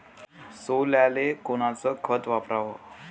सोल्याले कोनचं खत वापराव?